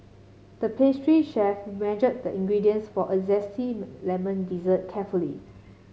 the pastry chef measured the ingredients for a zesty lemon dessert carefully